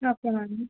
okay madam